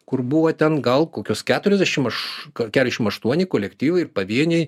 kur buvo ten gal kokios keturiasdešim aš keturiasdešim aštuoni kolektyvai ir pavieniai